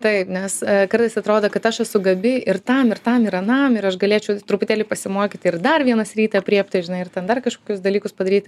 taip nes kartais atrodo kad aš esu gabi ir tam ir tam ir anam ir aš galėčiau truputėlį pasimokyti ir dar vieną sritį aprėpti žinai ir ten dar kažkokius dalykus padaryti